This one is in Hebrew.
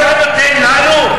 אתה נותן לנו?